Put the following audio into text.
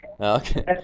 Okay